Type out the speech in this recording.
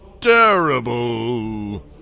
terrible